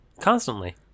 Constantly